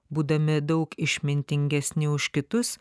būdami daug išmintingesni už kitus